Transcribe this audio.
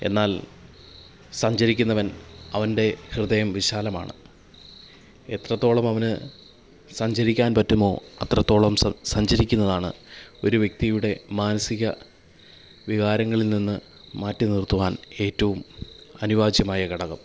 എന്നാൽ സഞ്ചരിക്കുന്നവൻ അവൻറെ ഹൃദയം വിശാലമാണ് എത്രത്തോളം അവന് സഞ്ചരിക്കാൻ പറ്റുമോ അത്രത്തോളം സഞ്ചരിക്കുന്നതാണ് ഒരു വ്യക്തിയുടെ മാനസിക വികാരങ്ങളിൽ നിന്ന് മാറ്റിനിർത്തുവാൻ ഏറ്റവും അനിവാജ്യമായ ഘടകം